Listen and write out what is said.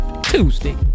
Tuesday